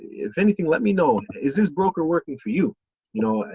if anything, let me know is this broker working for you? you know?